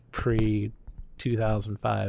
pre-2005